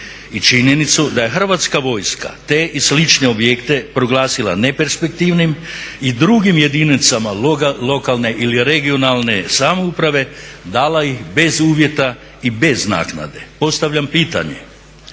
i činjenicu da je hrvatska vojska te i slične objekte proglasila neperspektivnim i drugim jedinicama lokalne ili regionalne samouprave dala ih bez uvjeta i bez naknade. Postavljam pitanje,